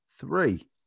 three